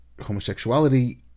homosexuality